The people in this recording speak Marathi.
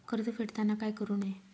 कर्ज फेडताना काय करु नये?